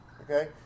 okay